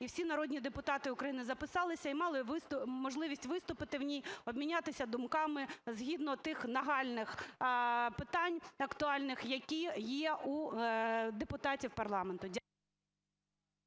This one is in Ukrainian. і всі народні депутати України записалися і мали можливість виступити в ній, обмінятися думками згідно тих нагальних питань актуальних, які є у депутатів парламенту.